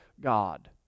God